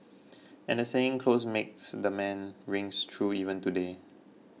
and the saying clothes makes the man rings true even today